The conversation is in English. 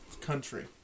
country